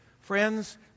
friends